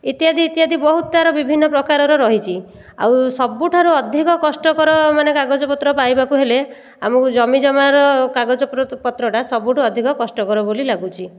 ଇତ୍ୟାଦି ଇତ୍ୟାଦି ବହୁତ ତା'ର ବିଭିନ୍ନ ପ୍ରକାରର ରହିଛି ଆଉ ସବୁଠାରୁ ଅଧିକ କଷ୍ଟକର ମାନେ କାଗଜପତ୍ର ପାଇବାକୁ ହେଲେ ଆମକୁ ଜମିଜମାର କାଗଜପତ୍ରଟା ସବୁଠୁ ଅଧିକ କଷ୍ଟକର ବୋଲି ଲାଗୁଛି